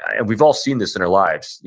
and we've all seen this in our lives.